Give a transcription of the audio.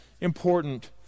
important